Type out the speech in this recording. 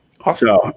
Awesome